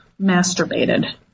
masturbated